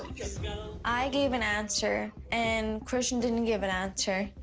you know i gave an answer, and christian didn't give an answer.